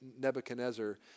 Nebuchadnezzar